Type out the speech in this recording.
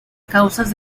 causas